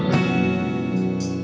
see